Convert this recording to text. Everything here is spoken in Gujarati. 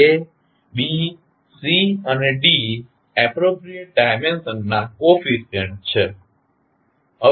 A B C અને D એપ્રોપ્રીએટ ડાઇમેંશન ના કોફીશીયન્ટ છે